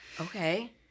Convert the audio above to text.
Okay